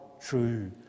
true